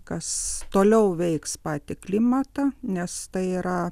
kas toliau veiks patį klimatą nes tai yra